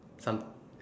some